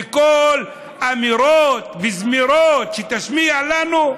וכל האמירות והזמירות שתשמיע לנו,